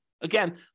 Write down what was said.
Again